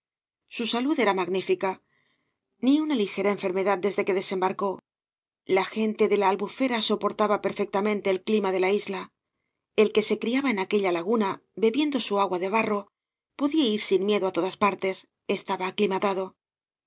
su salud era magoíñca ni una ligera enfermedad desde que desembarcó la gente de la albufera soportaba perfectamente e clima de la isla el que se criaba en aquella laguna bebiendo su agua de barro podía ir sin miedo á todas partes estaba aclimatado